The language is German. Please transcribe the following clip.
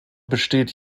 besteht